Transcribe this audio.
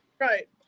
Right